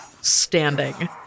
standing